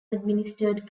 administered